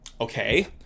okay